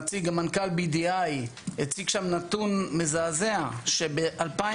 בכנס הציג מנכ"ל BDI נתון מזעזע שב-2019